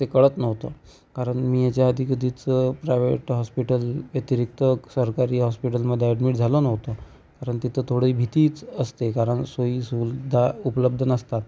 ते कळत नव्हतं कारण मी याच्याआधी कधीच प्रायव्हेट हॉस्पिटल व्यतिरिक्त सरकारी हॉस्पिटलमध्ये ॲडमिट झालो नव्हतो कारण तिथं थोडी भीतीच असते कारण सोयीसुद्धा उपलब्ध नसतात